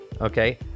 okay